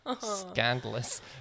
Scandalous